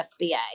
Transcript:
SBA